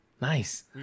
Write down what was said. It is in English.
Nice